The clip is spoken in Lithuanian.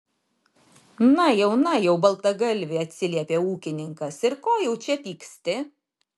na jau na jau baltagalvi atsiliepė ūkininkas ir ko jau čia pyksti